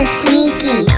sneaky